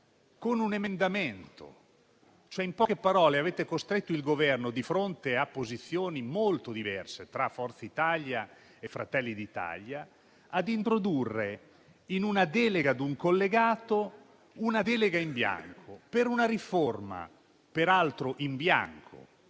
con un emendamento. In poche parole, avete costretto il Governo, di fronte a posizioni molto diverse tra Forza Italia e Fratelli d'Italia, a introdurre in una delega ad un collegato, una delega in bianco per una riforma, peraltro in bianco,